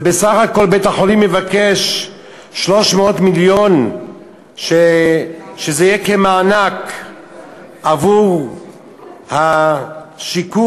ובסך הכול בית-החולים מבקש 300 מיליון שיהיו מענק עבור השיקום.